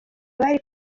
abari